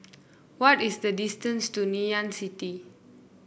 what is the distance to Ngee Ann City